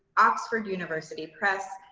oxford university press,